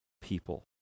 people